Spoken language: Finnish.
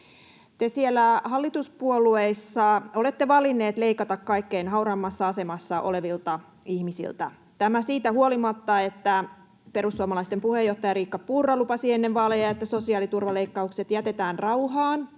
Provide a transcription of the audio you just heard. Te siellä hallituspuolueissa olette valinneet leikata kaikkein hauraimmassa asemassa olevilta ihmisiltä. Tämä siitä huolimatta, että perussuomalaisten puheenjohtaja Riikka Purra lupasi ennen vaaleja, että sosiaaliturvaleikkaukset jätetään rauhaan